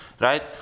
right